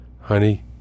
honey